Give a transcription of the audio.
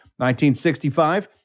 1965